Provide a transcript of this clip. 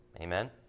Amen